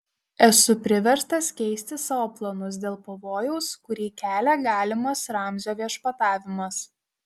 esu priverstas keisti savo planus dėl pavojaus kurį kelia galimas ramzio viešpatavimas